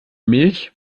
milch